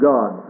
God